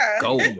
go